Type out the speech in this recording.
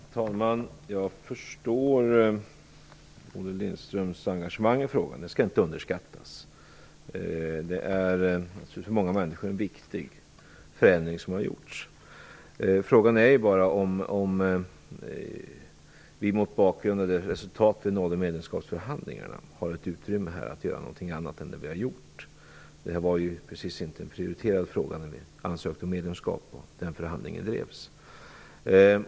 Herr talman! Jag förstår Olle Lindströms engagemang i frågan - det skall inte underskattas. Den förändring som har genomförts är viktig för många människor. Frågan är bara om vi mot bakgrund av det resultat vi nådde i medlemskapsförhandlingarna har utrymme för att göra någonting annat än det vi har gjort. Detta var ju inte precis någon prioriterad fråga när vi ansökte om medlemskap och genomförde förhandlingen.